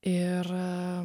ir a